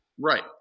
Right